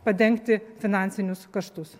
padengti finansinius kaštus